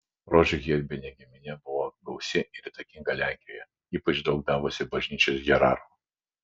rožių herbinė giminė buvo gausi ir įtakinga lenkijoje ypač daug davusi bažnyčios hierarchų